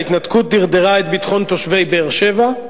ההתנתקות דרדרה את ביטחון תושבי באר-שבע,